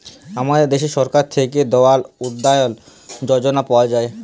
আমাদের দ্যাশে সরকার থ্যাকে দয়াল উপাদ্ধায় যজলা পাওয়া যায়